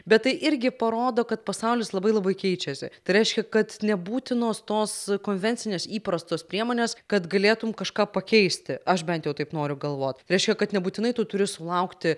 bet tai irgi parodo kad pasaulis labai labai keičiasi tai reiškia kad nebūtinos tos konvencinės įprastos priemonės kad galėtum kažką pakeisti aš bent jau taip noriu galvot reiškia kad nebūtinai tu turi sulaukti